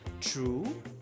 true